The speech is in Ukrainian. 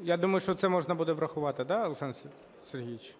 Я думаю, що це можна буде врахувати. Да, Олександр Сергійович?